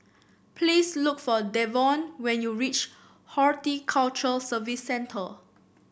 please look for Davon when you reach Horticulture Services Center